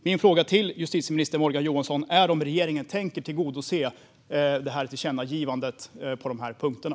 Min fråga till justitieminister Morgan Johansson är om regeringen tänker tillgodose tillkännagivandet på de punkterna.